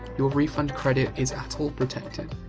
your refund credit is atol protected.